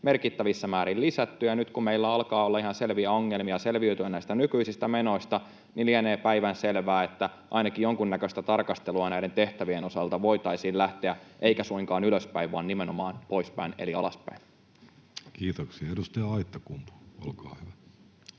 merkittävissä määrin lisätty. Nyt kun meillä alkaa olla ihan selviä ongelmia selviytyä näistä nykyisistä menoista, lienee päivänselvää, että ainakin jonkunnäköiseen tarkasteluun näiden tehtävien osalta voitaisiin lähteä, eikä suinkaan ylöspäin vaan nimenomaan poispäin eli alaspäin. [Speech 413] Speaker: Jussi